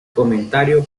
comentario